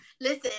Listen